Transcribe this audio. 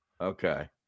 Okay